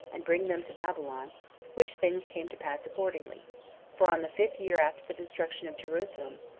and bring them to babylon which things came to pass accordingly for on the fifth year after the destruction of jerusalem,